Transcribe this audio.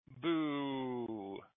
Boo